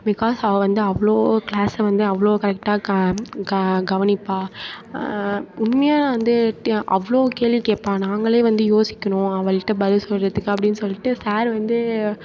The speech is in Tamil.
பிகாஸ் அவள் வந்து அவ்வளோ கிளாஸை வந்து அவ்வளோ கரெக்டாக க க கவனிப்பாக உண்மையா நான் வந்து ட அவ்வளோ கேள்வி கேட்பா நாங்களே வந்து யோசிக்கணும் அவள்கிட்ட பதில் சொல்கிறதுக்கு அப்படின் சொல்லிட்டு சார் வந்து